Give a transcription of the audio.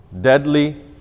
Deadly